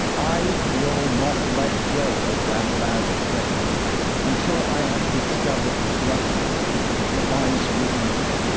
i will not let go of that bad thing until i have discovered the blessing that lies within it